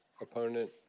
opponent